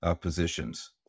positions